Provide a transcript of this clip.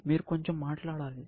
మీరు కొంచెం మాట్లాడాలి